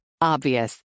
Obvious